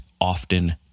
often